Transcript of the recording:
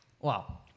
Wow